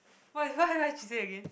what what she say again